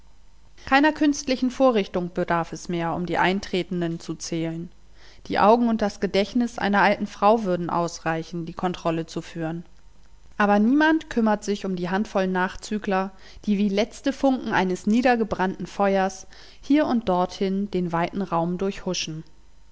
keiner künstlichen vorrichtung bedarf es mehr um die eintretenden zu zählen die augen und das gedächtnis einer alten frau würden ausreichen die kontrolle zu führen aber niemand kümmert sich um die handvoll nachzügler die wie letzte funken eines niedergebrannten feuers hier und dorthin den weiten raum durchhuschen